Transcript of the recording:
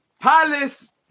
Palace